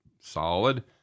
Solid